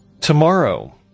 Tomorrow